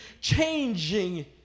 changing